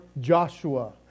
Joshua